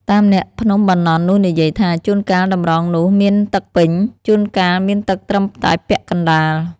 តាមអ្នកភ្នំបាណន់នោះនិយាយថា ចួនកាលតម្រងនោះមានទឹកពេញ ចួនកាល់មានទឹកត្រឹមតែពាក់ កណ្តាល,